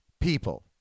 people